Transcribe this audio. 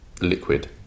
liquid